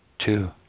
Two